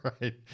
Right